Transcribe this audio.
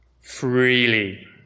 freely